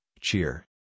cheer